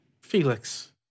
Felix